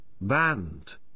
band